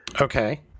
Okay